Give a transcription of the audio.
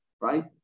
right